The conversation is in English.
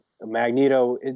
magneto